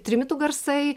trimitų garsai